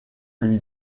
lui